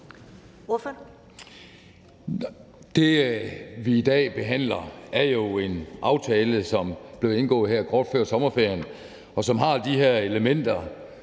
Det, vi i dag behandler, er jo en aftale, som blev indgået her kort før sommerferien, som har de her elementer